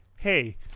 Hey